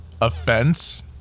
offense